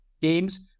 games